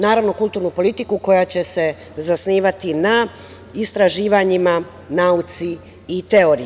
Naravno, kulturnu politiku koja će se zasnivati na istraživanjima, na nauci i teoriji.